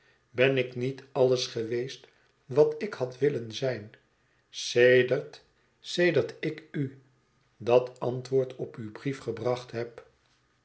ben ik niet alles geweest wat ik had willen zijn sedert sedert ik u dat antwoord op uw brief gebracht heb